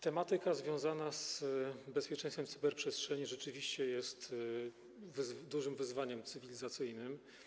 Tematyka związana z bezpieczeństwem w cyberprzestrzeni rzeczywiście jest dużym wyzwaniem cywilizacyjnym.